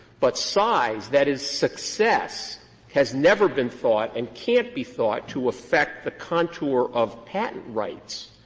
but size that is, success has never been thought and can't be thought to affect the contour of patent rights.